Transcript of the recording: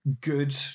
good